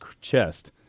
chest